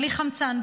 בלי חמצן,